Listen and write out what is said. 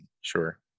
Sure